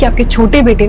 yeah but to vibha